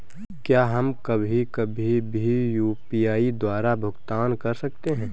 क्या हम कभी कभी भी यू.पी.आई द्वारा भुगतान कर सकते हैं?